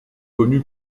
connu